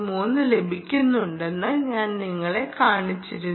3 ലഭിക്കുന്നുണ്ടെന്ന് ഞാൻ നിങ്ങളെ കാണിച്ചിരുന്നു